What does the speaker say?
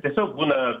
tiesiog būna